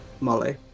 Molly